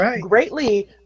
greatly